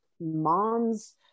mom's